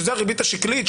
שזאת הריבית השקלית.